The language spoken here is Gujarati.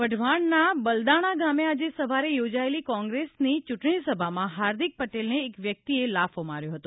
વઢવાણના બલદાણા ગામે આજે સવારે યોજાયેલી કોંગ્રેસની ચૂંટણીસભામાં હાર્દિક પટેલને એક વ્યક્તિએ લાફો માર્યો હતો